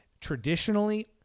traditionally